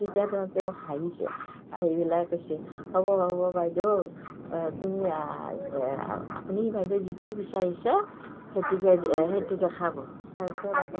তেতিয়া তেওঁ হাঁহিছে হাঁহি পেলাই কৈছে হ'ব হ'ব বাইদেউ তুমি আপুনি বাইদেউ যিটো বিচাৰিছে সেইটোকে সেইটোকে খাব তাৰ পিছত আৰু